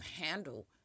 handle